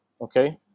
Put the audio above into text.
okay